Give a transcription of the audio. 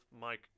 Mike